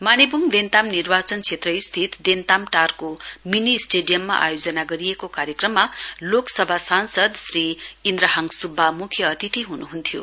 मानेबुङ देन्ताम निर्वाचन क्षेत्र स्थित देन्ताम टारको मिनि स्टेडियममा आयोजना गरिएको कार्यक्रममा लोकसभा सांसद श्री इन्द्रहाङ सुब्बा मुख्य अतिथि ह्न्ह्न्थ्यो